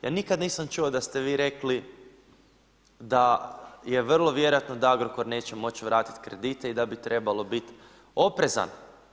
Ja nikada nisam čuo da ste vi rekli da je vrlo vjerojatno da Agrokor neće moći vratit kredite i da bi trebalo biti oprezan.